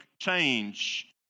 change